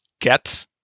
get